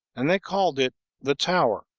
and they called it the tower,